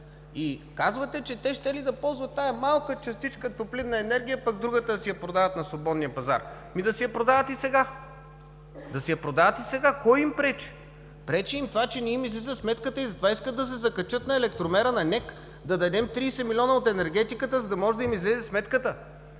Казвате, че те щели да ползват тази малка частичка топлинна енергия, пък другата да си я продават на свободния пазар. Ами, да си я продават и сега. Да си я продават и сега, Кой им пречи? Пречи им това, че не им излиза сметката и затова искат да се закачат на електромера на НЕК, да дадем 30 милиона от енергетиката, за да може да им излезе сметката?!